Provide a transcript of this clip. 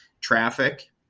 Traffic